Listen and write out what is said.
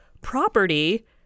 property